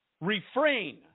refrain